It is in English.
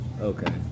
Okay